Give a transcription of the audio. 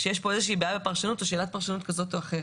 שיש פה איזו בעיה בפרשנות או שאלת פרשנות כזאת או אחרת.